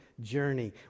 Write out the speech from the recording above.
journey